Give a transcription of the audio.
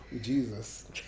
Jesus